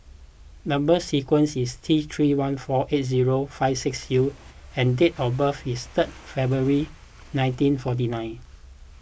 Number Sequence is T three one four eight zero five six U and date of birth is third February nineteen forty nine